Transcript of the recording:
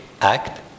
act